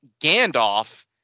Gandalf